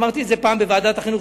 אמרתי את זה פעם בוועדת החינוך,